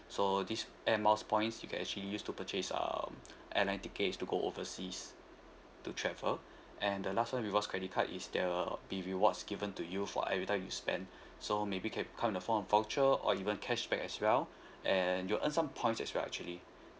so this Air Miles point you can actually use to purchase um airline tickets to go overseas to travel and the last one rewards credit card is the be rewards given to you for every time you spend so maybe can come in a form of voucher or even cashback as well and you earn some points as well actually